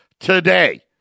Today